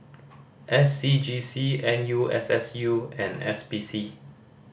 S C G C N U S S U and S P C